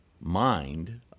mind